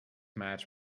match